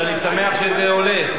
אבל אני שמח שזה עולה.